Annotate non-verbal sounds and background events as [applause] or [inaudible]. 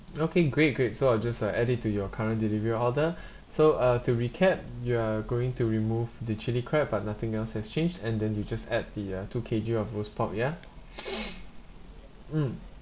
okay great great so I'll just uh add it to your current delivery order [breath] so uh to recap you're going to remove the chilli crab but nothing else has changed and then you just add the uh two K_G of roast pork ya [noise] mm